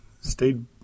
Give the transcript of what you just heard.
Stayed